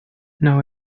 now